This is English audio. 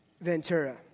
Ventura